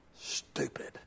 Stupid